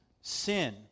sin